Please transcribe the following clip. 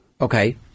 Okay